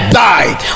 died